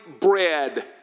bread